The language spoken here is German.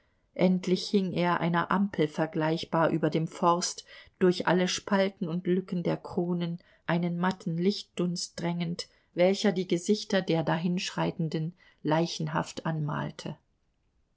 endlich hing er einer ampel vergleichbar über dem forst durch alle spalten und lücken der kronen einen matten lichtdunst drängend welcher die gesichter der dahinschreitenden leichenhaft anmalte